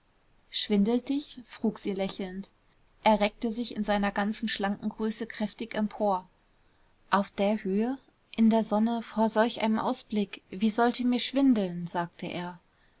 schwindelt dich frug sie lächelnd er reckte sich in seiner ganzen schlanken größe kräftig empor auf der höhe in der sonne vor solch einem ausblick wie sollte mir schwindeln sagte er